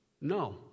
No